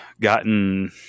gotten